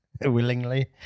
Willingly